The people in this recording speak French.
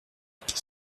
qui